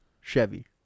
Chevy